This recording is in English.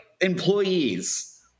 employees